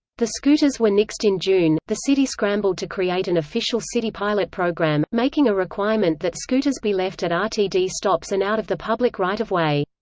the scooters were nixed in june the city scrambled to create an official city pilot program, making a requirement that scooters be left at um rtd stops and out of the public right-of-way.